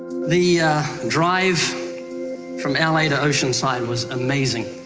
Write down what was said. the drive from la to oceanside was amazing.